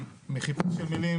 מחיפוש המילים,